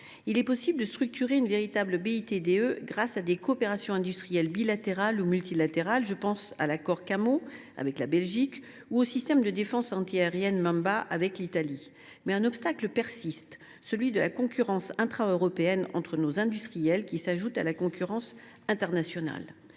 Il est possible de structurer une véritable BITDE grâce à des coopérations industrielles bilatérales ou multilatérales. Je pense à l’accord CaMo (capacité motorisée) avec la Belgique ou au système de défense antiaérienne Mamba avec l’Italie. Mais un obstacle persiste : celui de la concurrence intra européenne entre nos industriels, qui s’ajoute à la concurrence internationale.